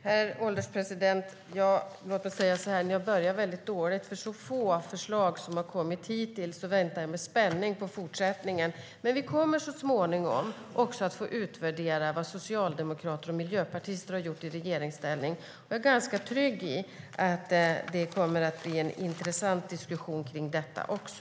Herr ålderspresident! Låt mig säga att ni har börjat väldigt dåligt, Susanne Eberstein, för när det har kommit så få förslag som hittills väntar jag med spänning på fortsättningen. Men vi kommer så småningom också att få utvärdera vad socialdemokrater och miljöpartister har gjort i regeringsställning. Jag är ganska trygg i att det kommer att bli en intressant diskussion om detta också.